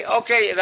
okay